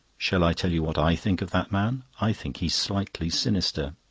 shall i tell you what i think of that man? i think he's slightly sinister.